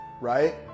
right